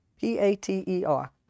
P-A-T-E-R